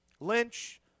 Lynch